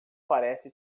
parece